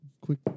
quick